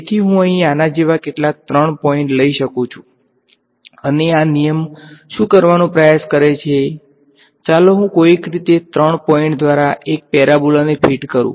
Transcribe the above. તેથી હું અહીં આના જેવા કેટલાક ત્રણ પોઈંટ લઈ શકું છું અને આ નિયમ શું કરવાનો પ્રયાસ કરશે તે છે ચાલો હું કોઈક રીતે ત્રણ પોઈંટ દ્વારા એક પેરાબોલાને ફિટ કરું